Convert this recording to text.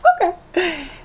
okay